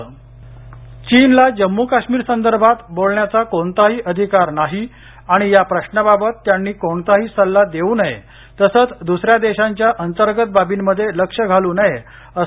भारत चीन चीन ला जम्मू काश्मीर संदर्भात बोलण्याचा कोणताही अधिकार नाही आणि या प्रश्नाबाबत त्यांनी कोणताही सल्ला देऊ नये तसंच दुसऱ्या देशांच्या अंतर्गत बाबींमध्ये लक्ष घालू नये असं